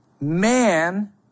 Man